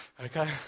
okay